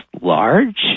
large